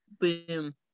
Boom